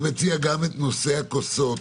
אני מציע גם את נושא הכוסות,